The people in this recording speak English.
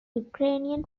ukrainian